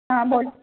हां बोल